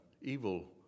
evil